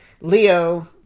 Leo